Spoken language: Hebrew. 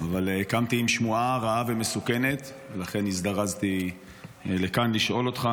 אבל קמתי עם שמועה רעה ומסוכנת ולכן הזדרזתי לכאן לשאול אותך.